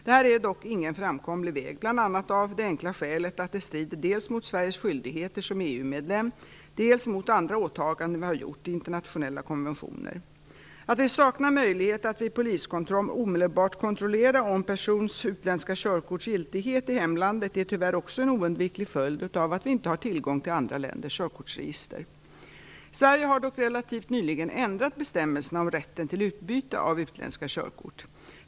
Det är dock ingen framkomlig väg bl.a. av det enkla skälet att det strider dels mot Sveriges skyldigheter som EU-medlem, dels mot andra åtaganden vi har gjort i internationella konventioner. Att vi saknar möjlighet att vid poliskontroll omedelbart kontrollera en persons utländska körkorts giltighet i hemlandet är tyvärr också en oundviklig följd av att vi inte har tillgång till andra länders körkortsregister. Sverige har dock relativt nyligen ändrat bestämmelserna om rätten till utbyte av utländska körkort.